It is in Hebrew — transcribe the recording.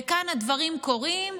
וכאן הדברים קורים,